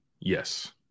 Yes